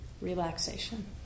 relaxation